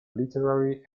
literary